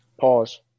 Pause